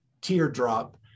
teardrop